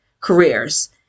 careers